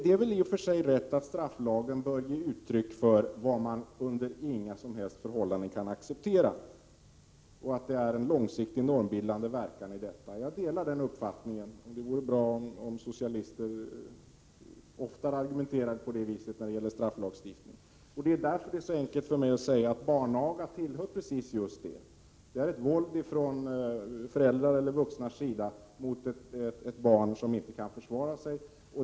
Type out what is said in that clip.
Det är i och för sig rätt att strafflagen bör ge uttryck för vad man under inga som helst förhållanden kan acceptera och att det ligger en långsiktig normbildande verkan i detta. Jag delar den uppfattningen och det vore bra om socialister oftare argumenterade på det viset när det gäller strafflagstiftning. Det är därför det är så enkelt för mig att säga att barnaga tillhör precis detta område. Det är ett våld från föräldrars eller vuxnas sida mot ett barn som inte kan försvara sig.